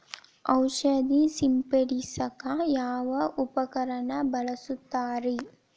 ಔಷಧಿ ಸಿಂಪಡಿಸಕ ಯಾವ ಉಪಕರಣ ಬಳಸುತ್ತಾರಿ?